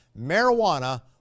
Marijuana